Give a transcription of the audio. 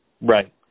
Right